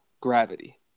gravity